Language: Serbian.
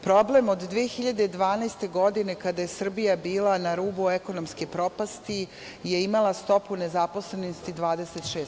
Problem od 2012. godine kada je Srbija bila na rubu ekonomske propasti je imala stopu nezaposlenosti 26%